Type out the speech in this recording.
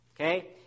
Okay